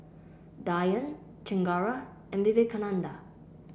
Dhyan Chengara and Vivekananda